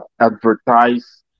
advertise